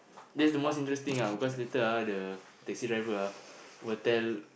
that's the most interesting ah cause later ah the taxi driver ah will tell